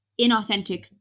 inauthentic